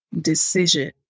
decision